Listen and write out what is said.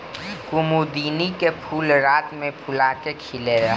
कुमुदिनी के फूल रात में फूला के खिलेला